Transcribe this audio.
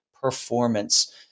performance